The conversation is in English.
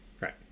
Right